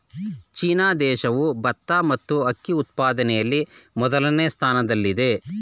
China ದೇಶವು ಭತ್ತ ಮತ್ತು ಅಕ್ಕಿ ಉತ್ಪಾದನೆಯಲ್ಲಿ ಮೊದಲನೇ ಸ್ಥಾನದಲ್ಲಿದೆ